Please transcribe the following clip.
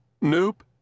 Nope